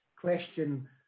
question